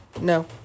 No